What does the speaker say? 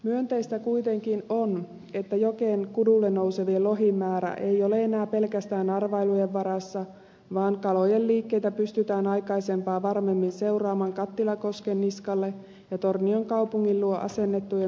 myönteistä kuitenkin on että jokeen kudulle nousevien lohien määrä ei ole enää pelkästään arvailujen varassa vaan kalojen liikkeitä pystytään aikaisempaa varmemmin seuraamaan kattilakosken niskalle ja tornion kaupungin luo asennettujen mittauslaitteiden avulla